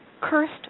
cursed